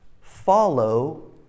follow